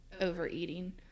overeating